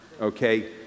okay